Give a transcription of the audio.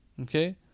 Okay